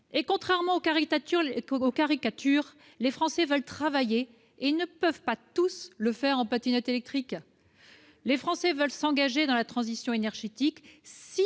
Contrairement aux caricatures, les Français veulent travailler et ne peuvent pas tous se rendre sur leur lieu de travail en patinette électrique ! Les Français veulent s'engager dans la transition énergétique